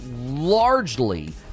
largely